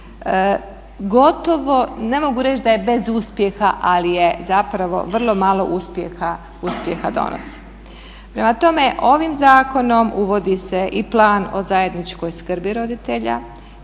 gotovo ne mogu reći da je bez uspjeha ali je zapravo vrlo malo uspjeha donosi. Prema tome, ovim zakonom uvodi se i plan o zajedničkoj skrbi roditelja,